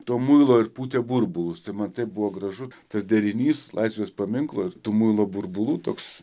to muilo ir pūtė burbulus tai man tai buvo gražu tas derinys laisvės paminklo tų muilo burbulų toks